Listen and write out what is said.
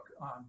on